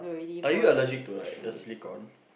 are you allergic to like the silicon